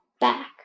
back